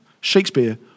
Shakespeare